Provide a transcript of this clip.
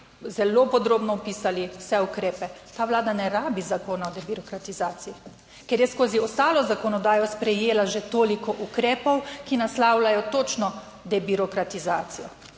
zelo podrobno opisali vse ukrepe. Ta Vlada ne rabi zakona o debirokratizaciji, ker je skozi ostalo zakonodajo sprejela že toliko ukrepov, ki naslavljajo točno debirokratizacijo.